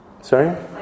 Sorry